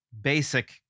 basic